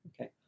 Okay